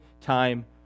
time